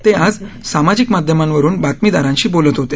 ते आज सामाजिक माध्यमांवरून बातमीदारांशी बोलत होते